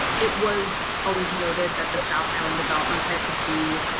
it was always noted that the south allan development sites would be,